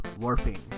warping